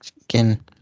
Again